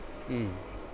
mm